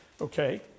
Okay